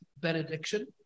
benediction